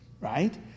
right